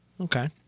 okay